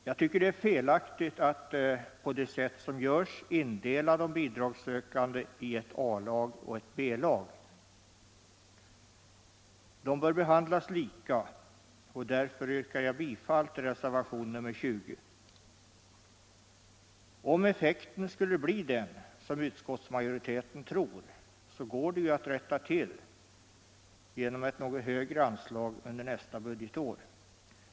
Jag tycker att det är felaktigt att på det sätt som görs indela de bidragssökande i ett A-lag och ett B-lag. De bör behandlas lika, och därför yrkar jag bifall till reservationen 20. Om effekten skulle bli den som utskottsmajoriteten tror, så går det ju att rätta till genom ett något högre anslag under nästa budgetår.